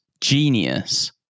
genius